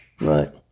Right